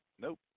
nope